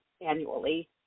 annually